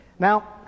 Now